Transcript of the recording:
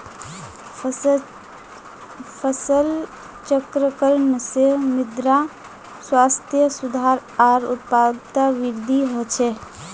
फसल चक्रण से मृदा स्वास्थ्यत सुधार आर उत्पादकतात वृद्धि ह छे